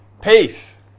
Peace